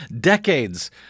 decades